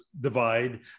divide